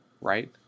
right